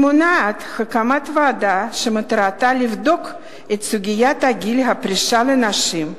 היא מונעת הקמת ועדה שמטרתה לבדוק את סוגיית גיל הפרישה לנשים.